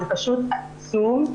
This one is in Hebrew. זה פשוט עצוב.